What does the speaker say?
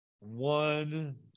One